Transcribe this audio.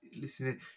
listening